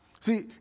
See